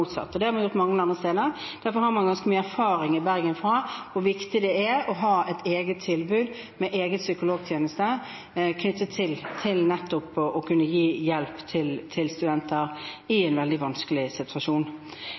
motsatt, og det har man også gjort mange andre steder. Derfor har man i Bergen ganske mye erfaring med hvor viktig det er å ha et tilbud med egne psykologtjenester for nettopp å kunne gi hjelp til studenter i en veldig vanskelig situasjon.